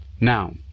now